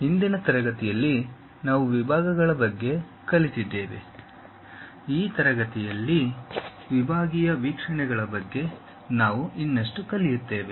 ಹಿಂದಿನ ತರಗತಿಗಳಲ್ಲಿ ನಾವು ವಿಭಾಗಗಳ ಬಗ್ಗೆ ಕಲಿತಿದ್ದೇವೆ ಈ ತರಗತಿಯಲ್ಲಿ ವಿಭಾಗೀಯ ವೀಕ್ಷಣೆಗಳ ಬಗ್ಗೆ ನಾವು ಇನ್ನಷ್ಟು ಕಲಿಯುತ್ತೇವೆ